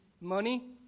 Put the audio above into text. money